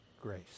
grace